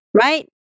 right